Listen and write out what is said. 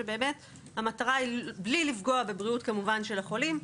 שהמטרה שלו היא